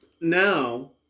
Now